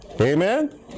Amen